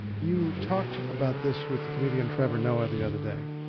you talked about this with the comedian trevor noah the other day.